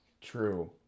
True